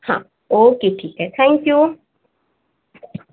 हां ओके ठीक आहे थँक यू